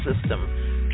system